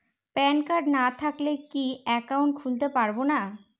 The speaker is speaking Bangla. প্যান কার্ড না থাকলে কি একাউন্ট খুলতে পারবো না?